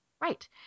Right